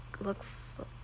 looks